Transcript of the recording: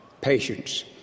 patience